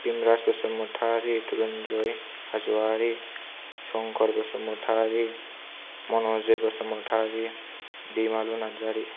Bhimraj Basumatary Duranjay Hazowary Sankar Basumatary Manjit Basumatary Daimalu Narzary